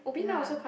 yeah